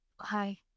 Hi